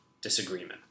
disagreement